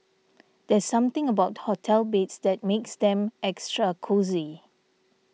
there's something about hotel beds that makes them extra cosy